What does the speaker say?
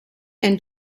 and